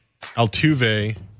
Altuve